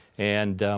and